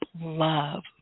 love